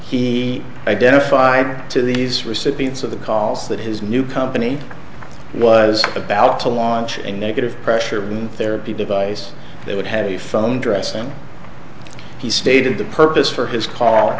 he identified to these recipients of the calls that his new company was about to launch a negative pressure therapy device that would have a phone dress and he stated the purpose for his c